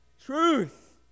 truth